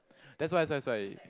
that's why that's why that's why